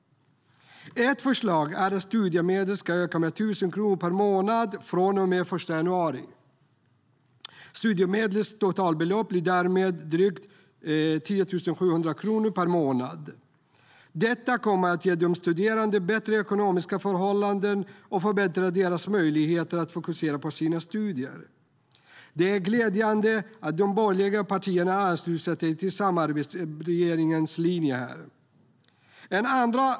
Ett förslag är att studiemedlet ska öka med 1 000 kr per månad från och med den 1 januari. Studiemedlets totalbelopp blir därmed drygt 10 700 kronor per månad. Detta kommer att ge de studerande bättre ekonomiska förhållanden och förbättra deras möjligheter att fokusera på sina studier. Det är glädjande att de borgerliga partierna här ansluter sig till samarbetsregeringens linje.